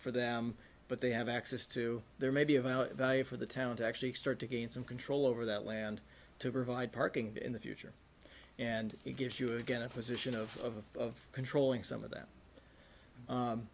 for them but they have access to there may be of value for the town to actually start to gain some control over that land to provide parking in the future and it gives you again a position of controlling some of that